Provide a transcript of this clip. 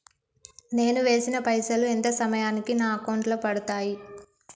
నేను వేసిన పైసలు ఎంత సమయానికి నా అకౌంట్ లో పడతాయి?